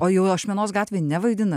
o jau ašmenos gatvėj nevaidina